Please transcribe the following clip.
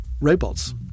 robots